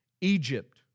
Egypt